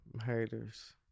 haters